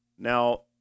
Now